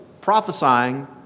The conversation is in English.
prophesying